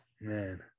Man